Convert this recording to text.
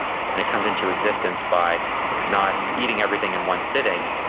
and it comes into existence by not eating everything in one sitting,